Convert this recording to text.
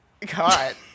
God